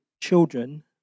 children